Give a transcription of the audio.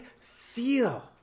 feel